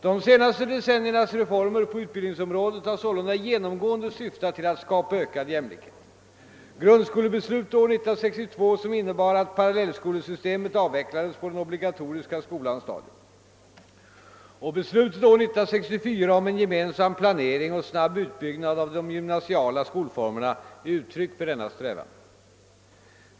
De senaste decenniernas reformer på utbildningsområdet har sålunda genomgående syftat till att skapa ökad jämlikhet. Grundskolebeslutet år 1962, som innebar att paralleilskolesystmet avvecklades på den obligatoriska skolans stadium, och beslutet år 1964 om en gemensam planering och snabb utbyggnad av de gymnasiala skolformerna är uttryck för denna strävan.